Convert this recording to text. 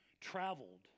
traveled